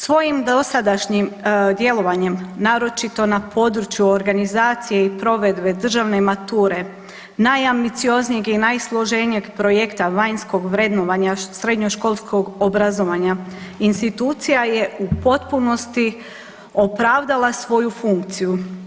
Svojim dosadašnjim djelovanjem naročito na području organizacije i provedbe državne mature najambicioznijeg i najsloženijeg projekta vanjskog vrednovanja srednjoškolskog obrazovanja institucija je u potpunosti opravdala svoju funkciju.